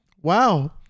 Wow